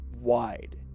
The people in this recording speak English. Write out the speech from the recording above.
wide